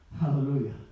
hallelujah